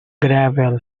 gravel